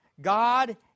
God